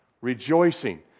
rejoicing